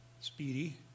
Speedy